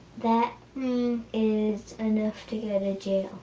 that is enough to and jail.